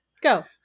Go